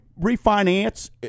refinance